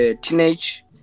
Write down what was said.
teenage